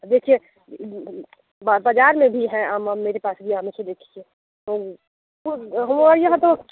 देखिए बाज़ार में भी है आम मेरे पास भी आम है उसे हो यहाँ तो